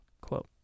quote